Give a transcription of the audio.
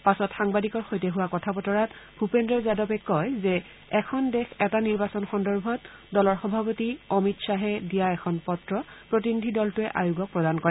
পাছত সাংবাদিকৰ সৈতে হোৱা কথা বতৰাত ভূপেদ্ৰ যাদৱে কয় যে এখন দেশ এটা নিৰ্বাচন সন্দৰ্ভত দলৰ সভাপতি অমিত শ্বাহে দিয়া এখন পত্ৰ প্ৰতিনিধি দলটোৱে আয়োগক প্ৰদান কৰে